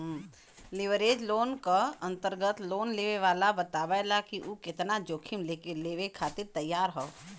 leverage loan क अंतर्गत loan लेवे वाला बतावला क उ केतना जोखिम लेवे खातिर तैयार हौ